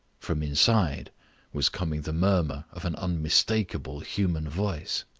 from inside was coming the murmur of an unmistakable human voice.